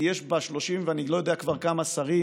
כי יש בה 30 ואני לא יודע כבר כמה שרים